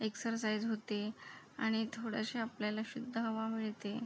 exercise होते आणि थोडंशी आपल्याला शुद्ध हवा मिळते